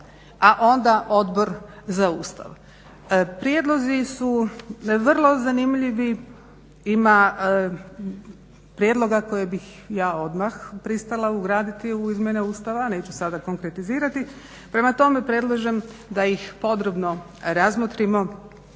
a onda Odbor za Ustav. Prijedlozi su vrlo zanimljivi. Ima prijedloga koje bih ja odmah pristala ugraditi u izmjene Ustava, neću sada konkretizirati. Prema tome, predlažem da ih podrobno razmotrimo.